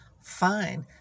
fine